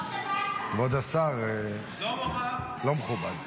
כבוד השר, לא מכובד.